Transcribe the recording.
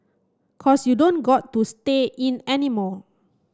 cause you don't got to stay in anymore